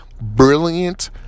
brilliant